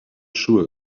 sure